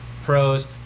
pros